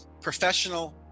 professional